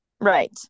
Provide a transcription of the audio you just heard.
right